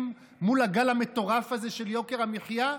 מול הגל המטורף הזה של יוקר המחיה?